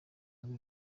ubu